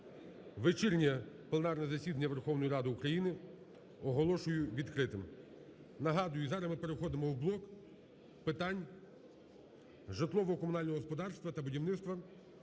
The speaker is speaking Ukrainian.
Вечірнє пленарне засідання Верховної Ради України оголошую відкритим. Нагадую, зараз ми переходимо в блок питань житлово-комунального господарства та будівництва.